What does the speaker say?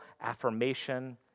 affirmation